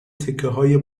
تکههای